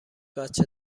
بچه